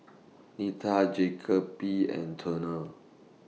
Nita Jacoby and Turner